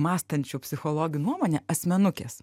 mąstančių psichologių nuomonę asmenukės